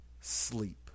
sleep